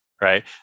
right